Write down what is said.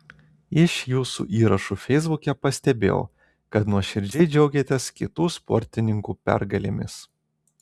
iš jūsų įrašų feisbuke pastebėjau kad nuoširdžiai džiaugiatės kitų sportininkų pergalėmis